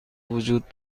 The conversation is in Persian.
وجود